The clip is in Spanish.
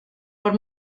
por